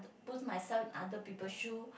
put myself in other people shoe